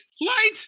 Light